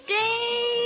day